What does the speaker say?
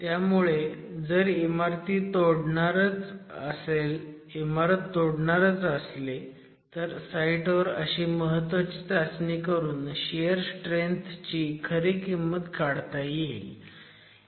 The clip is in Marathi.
त्यामुळे जर इमारत तोडणारच असले तर साईट वर अशी महत्वाची चाचणी करून शियर स्ट्रेंथ ची खरी किंमत काढता येईल